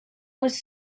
was